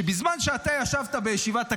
שבזמן שאתה ישבת בישיבת הקבינט,